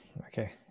Okay